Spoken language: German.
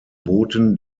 booten